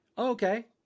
okay